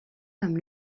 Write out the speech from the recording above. comme